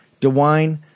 dewine